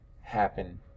happen